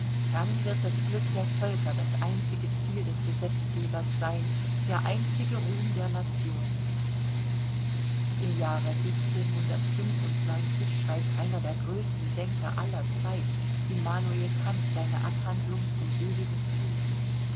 dann wird das glück der völker das einzige ziel des gesetzgebers sein der einzige ruhm der nationen im jahre schreibt einer der größten denker aller zeit immanuel kant seine abhandlung zum ewigen frieden